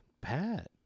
Pat